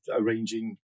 arranging